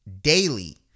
daily